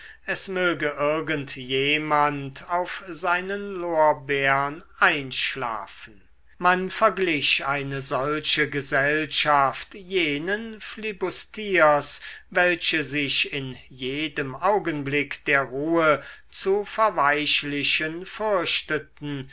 es möge irgend jemand auf seinen lorbeern einschlafen man verglich eine solche gesellschaft jenen flibustiers welche sich in jedem augenblick der ruhe zu verweichlichen